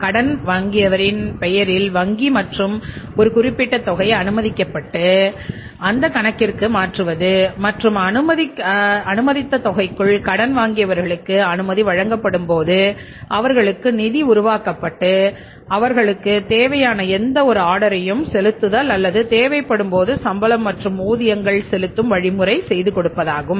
கடன் வாங்கியவரின் பெயரில் வங்கி மற்றும் ஒரு குறிப்பிட்ட தொகை அனுமதிக்கப்பட்டு அந்தக் கணக்கிற்கு மாற்றுவது மற்றும் அந்த அனுமதித் தொகைக்குள் கடன் வாங்கியவர்களுக்கு அனுமதி வழங்கப்படும் போது அவர்களுக்கு நிதி உருவாக்கம்செய்யப்பட்டு அவர்களுக்கு தேவையான எந்தவொரு ஆர்டரையும் செலுத்துதல் அல்லது தேவைப்படும் போது சம்பளம் மற்றும் ஊதியங்கள் செலுத்தும் வழிமுறை செய்து கொடுப்பதாகும்